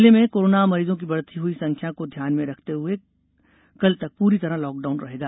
जिले में कोरोना मरीजों की बढ़ती हुई संख्या को ध्यान में रखते हुए कल तक पूरी तरह लॉकडाउन रहेगा